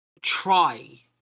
try